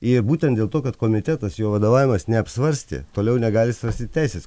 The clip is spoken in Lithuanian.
ir būtent dėl to kad komitetas jo vadovavimas neapsvarstė toliau negali svarstyt teisės